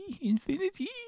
infinity